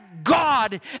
God